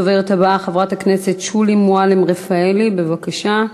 הדוברת הבאה, חברת הכנסת שולי מועלם-רפאלי, בבקשה.